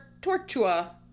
Tortua